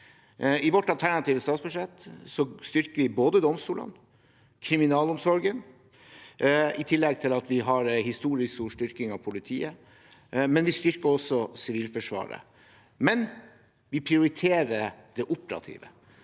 I vårt alternative statsbudsjett styrker vi både domstolene og kriminalomsorgen i tillegg til at vi har en historisk stor styrking av politiet. Vi styrker også sivilforsvaret, men vi prioriterer det operative.